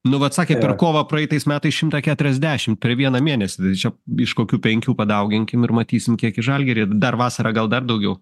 nuo vat sakė per kovą praeitais metais šimtą keturiasdešimt per vieną mėnesį tai čia iš kokių penkių padauginkim ir matysim kiek į žalgirį dar vasarą gal dar daugiau